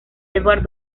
eduard